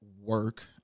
work